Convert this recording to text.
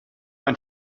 ein